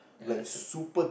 uh so